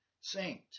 saint